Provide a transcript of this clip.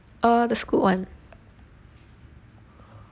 uh the Scoot [one]